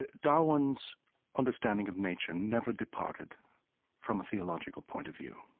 ah darwin's understanding of nature never departed from a theological point of view.